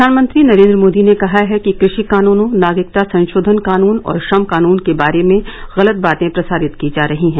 प्रधानमंत्री नरेन्द्र मोदी ने कहा है कि कृषि कानूनों नागरिकता संशोधन कानून और श्रम कानून के बारे में गलत बातें प्रसारित की जा रही हैं